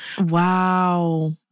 Wow